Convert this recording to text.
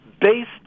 based